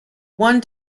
one